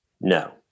No